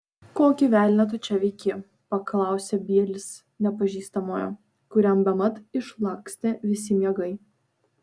kokį velnią tu čia veiki paklausė bielis nepažįstamojo kuriam bemat išlakstė visi miegai